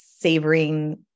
savoring